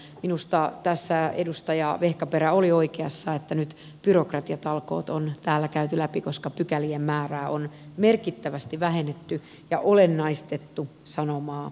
minusta tässä edustaja vehkaperä oli oikeassa että nyt byrokratiatalkoot on täällä käyty läpi koska pykälien määrää on merkittävästi vähennetty ja olennaistettu sanomaa lainsäädännössä